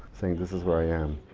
saying, this is where i am.